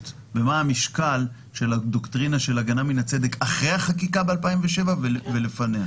ומה המשקל של הדוקטרינה של הגנה מן הצדק אחרי החקיקה ב-2007 ולפניה.